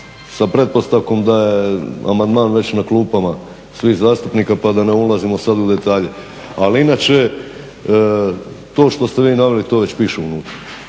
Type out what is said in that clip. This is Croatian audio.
sa pretpostavkom da je amandman već na klupama svih zastupnika, pa da ne ulazimo sad u detalje. Ali inače to što ste vi naveli to već piše unutra,